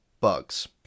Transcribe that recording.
bugs